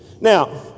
Now